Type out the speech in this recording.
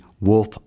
wolf